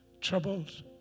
troubles